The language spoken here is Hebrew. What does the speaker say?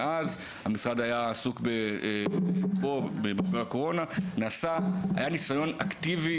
המשרד היה עסוק בקורונה אבל היה ניסיון אקטיבי